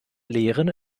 lehren